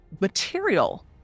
material